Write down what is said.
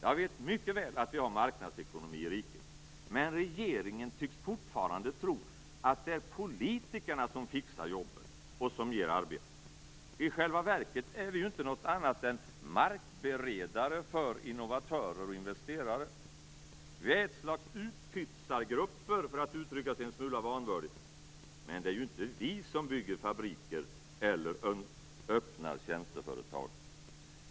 Jag vet mycket väl att vi har marknadsekonomi i riket, men regeringen tycks fortfarande tro att det är politikerna som fixar jobben, som ger arbeten. I själva verket är vi ju inte något annat än markberedare för innovatörer och investerare. Vi är ett slags utpytsargrupper, för att uttrycka sig en smula vanvördigt, men det är ju inte vi som bygger fabriker eller öppnar tjänsteföretag.